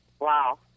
Wow